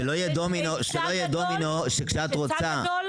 אני חושבת שיש היצע גדול.